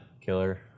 killer